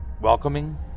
welcoming